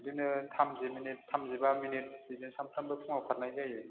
बिदिनो थामजि मिनिट थामजिबा मिनिट बिदिनो सामफ्रोमबो फुङाव खारनाय जायो